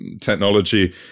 technology